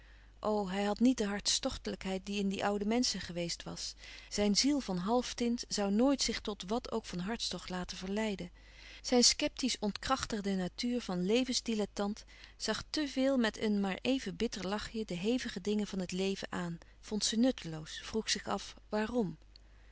hij had niet de hartstochtelijkheid die in die oude menschen geweest was zijn ziel van halftint zoû nooit zich tot wat ook van hartstocht laten verleiden zijn sceptiesch ontkrachtigde natuur van levensdilettant zag te veel met een maar even bitter lachje de hevige dingen van het leven aan vond ze nutteloos vroeg zich af waarom